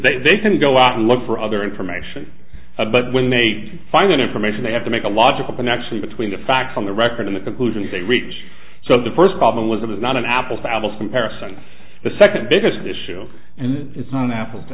if they can go out and look for other information about when they did find that information they have to make a logical but actually between the facts on the record in the conclusions they reach so the first problem was it was not an apple fabolous comparison the second biggest issue and it's not an apples